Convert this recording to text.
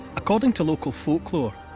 according to local folklore,